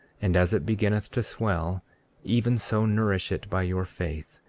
and as it beginneth to swell even so nourish it by your faith.